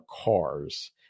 cars